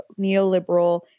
neoliberal